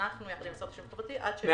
אנחנו עם המשרד לשוויון חברתי.